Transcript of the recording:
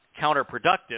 counterproductive